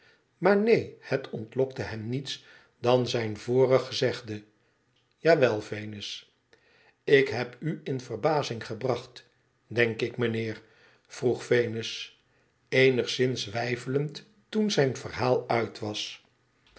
maar neen het ontlokte hem niets dan zijn vorig gezegde i ja wel venus lik heb u in verbazing gebracht denk ik mijnheer vroeg venus eenigszins weifelend toen zijn verhaal uit was